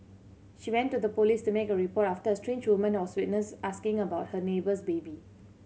she went to the police to make a report after a strange woman was witnessed asking about her neighbour's baby